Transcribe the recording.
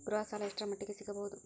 ಗೃಹ ಸಾಲ ಎಷ್ಟರ ಮಟ್ಟಿಗ ಸಿಗಬಹುದು?